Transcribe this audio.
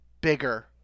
bigger